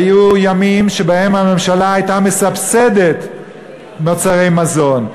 היו ימים שבהם הממשלה הייתה מסבסדת מוצרי מזון.